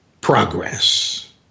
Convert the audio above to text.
progress